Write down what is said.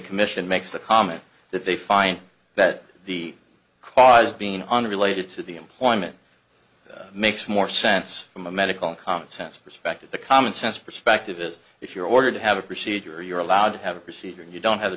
commission makes the comment that they find that the cause being unrelated to the employment makes more sense from a medical commonsense perspective the commonsense perspective is if you're order to have a procedure you're allowed to have a procedure you don't have